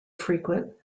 frequent